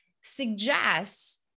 suggests